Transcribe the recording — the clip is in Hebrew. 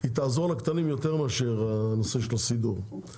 היא תעזור לקטנים יותר מאשר הנושא של הסידור בפועל.